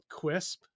Quisp